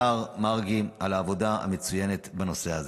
מרגי על העבודה המצוינת בנושא הזה.